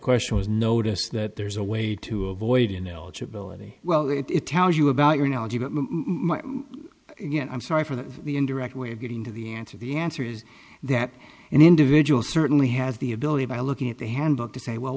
question was notice that there's a way to avoid ineligibility well it tells you about your analogy but you know i'm sorry for the indirect way of getting to the answer the answer is that an individual certainly has the ability by looking at the handbook to say well